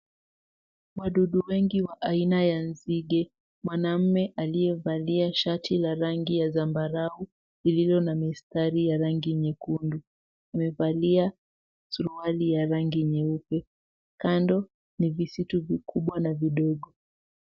Wadudu wengi wa aina ya nzige, mwanaume aliyevalia shati ya rangi ya zambarau iliyo na mistari ya rangi nyekundu amevalia suruali ya rangi nyeupe. Kando ni visitu vikubwa na vidogo.